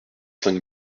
cinq